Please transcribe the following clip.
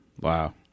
Wow